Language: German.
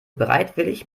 bereitwillig